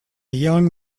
young